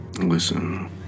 Listen